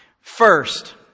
First